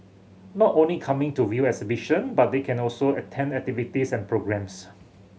not only coming to view exhibition but they can also attend activities and programmes